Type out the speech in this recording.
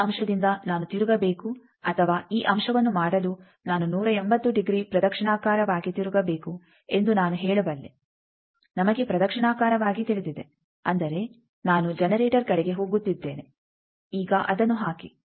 ಈ ಅಂಶದಿಂದ ನಾನು ತಿರುಗಬೇಕು ಅಥವಾ ಈ ಅಂಶವನ್ನು ಮಾಡಲು ನಾನು 180 ಡಿಗ್ರಿ ಪ್ರದಕ್ಷಿಣಾಕಾರವಾಗಿ ತಿರುಗಬೇಕು ಎಂದು ನಾನು ಹೇಳಬಲ್ಲೆ ನಮಗೆ ಪ್ರದಕ್ಷಿಣಾಕಾರವಾಗಿ ತಿಳಿದಿದೆ ಅಂದರೆ ನಾನು ಜನರೇಟರ್ ಕಡೆಗೆ ಹೋಗುತ್ತಿದ್ದೇನೆ ಈಗ ಅದನ್ನು ಹಾಕಿ